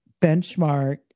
benchmark